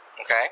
Okay